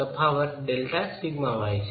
તફાવત delta Δσy છે